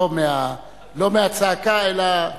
לא מהצעקה אלא,